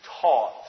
taught